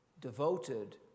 devoted